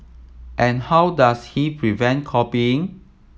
and how does he prevent copying